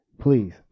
Please